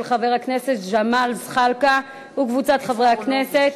של חבר הכנסת ג'מאל זחאלקה וקבוצת חברי הכנסת.